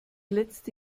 letzte